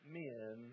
men